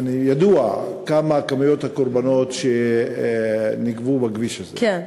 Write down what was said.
ידוע מה מספר הקורבנות שנגבו בכביש הזה, כן.